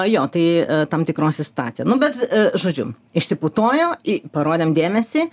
jo tai tam tikros įstatė nu bet žodžiu išsiputojo parodėm dėmesį